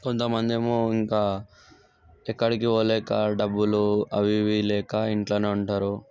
కొంతమంది ఏమో ఇంక ఎక్కడికి పోలేక డబ్బులు అవి ఇవి లేక ఇంట్లోనే ఉంటారు